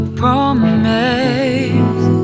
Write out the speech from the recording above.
promise